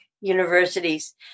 universities